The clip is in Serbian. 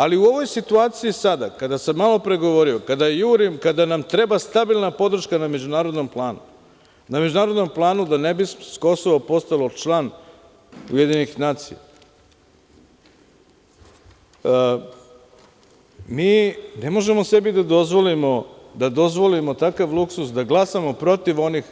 Ali, u ovoj situaciji sada, kada sam malo pre govorio, kada jurim, kada nam treba stabilna podrška na međunarodnom planu da ne bi Kosovo postalo član UN, mi ne možemo sebi da dozvolimo takav luksuz da glasamo protiv onih